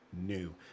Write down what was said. new